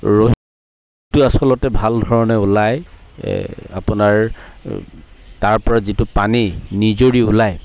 ৰহীটো আচলতে ভাল ধৰণে ওলায় এ আপোনাৰ তাৰ পৰা যিটো পানী নিজৰি ওলায়